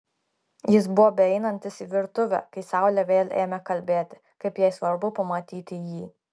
jis buvo beeinantis į virtuvę kai saulė vėl ėmė kalbėti kaip jai svarbu pamatyti jį